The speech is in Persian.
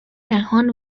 نهان